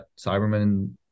Cybermen